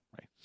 right